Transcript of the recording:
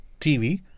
TV